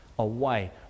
away